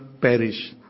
perish